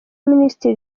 minisitiri